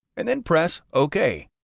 and then press ok.